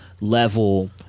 level